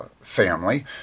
family